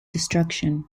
destruction